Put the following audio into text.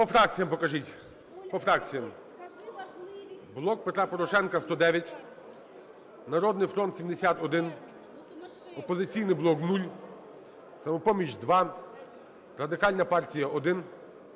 По фракціях покажіть, по фракціях: "Блок Петра Порошенка" – 109, "Народний фронт" – 71, "Опозиційний блок" – 0, "Самопоміч" – 2, Радикальна партія – 1,